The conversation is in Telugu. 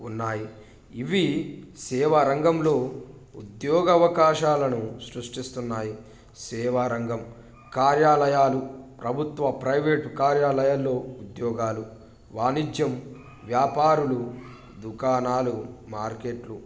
ఉన్నాయి ఇవి సేవా రంగంలో ఉద్యోగ అవకాశాలను సృష్టిస్తున్నాయి సేవా రంగం కార్యాలయాలు ప్రభుత్వ ప్రైవేటు కార్యాలయాలలో ఉద్యోగాలు వాణిజ్యం వ్యాపారులు దుకాణాలు మార్కెట్లు